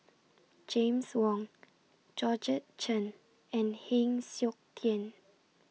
James Wong Georgette Chen and Heng Siok Tian